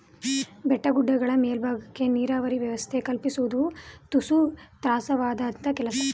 ಬೆಟ್ಟ ಗುಡ್ಡಗಳ ಮೇಲ್ಬಾಗಕ್ಕೆ ನೀರಾವರಿ ವ್ಯವಸ್ಥೆ ಕಲ್ಪಿಸುವುದು ತುಸು ತ್ರಾಸದಾಯಕ ಕೆಲಸ